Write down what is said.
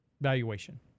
Valuation